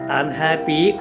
unhappy